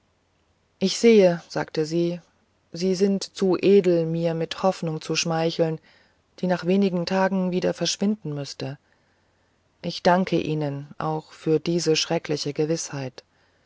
ich sehe sagte sie sie sind zu edel mir mit hoffnungen zu schmeicheln die nach wenigen tagen wieder verschwinden müßten ich danke ihnen auch für diese schreckliche gewißheit